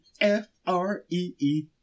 F-R-E-E